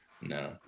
No